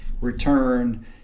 return